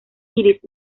iris